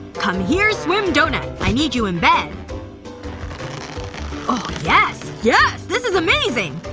come here, swim donut. i need you in bed oh yes. yes! this is amazing!